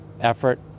effort